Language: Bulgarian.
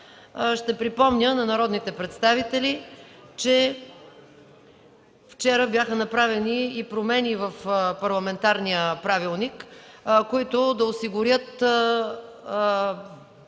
Ще припомня на народните представители, че вчера бяха направени промени в парламентарния правилник, които да осигурят